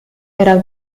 era